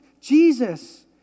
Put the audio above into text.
Jesus